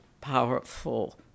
powerful